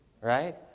Right